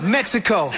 Mexico